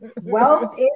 Wealth